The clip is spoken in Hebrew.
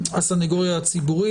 הסניגוריה הציבורית.